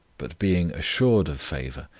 but being assured of favour,